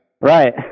Right